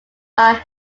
are